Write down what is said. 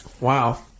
Wow